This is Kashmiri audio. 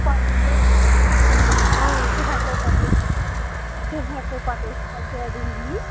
پَتہٕ گوٚو اۭں سُہ ہٮ۪کَو پَتہٕ أسۍ سُہ ہٮ۪کَو پَتہٕ أسۍ ایٚکاڈنٛگلی